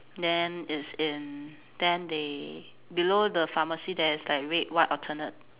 then it's in then they below the pharmacy there's like red white alternate